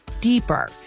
deeper